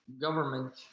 government